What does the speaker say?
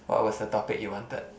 what was the topic you wanted